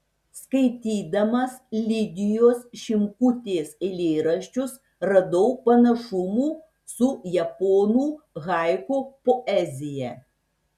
skaitydamas lidijos šimkutės eilėraščius radau panašumų su japonų haiku poezija